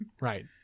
Right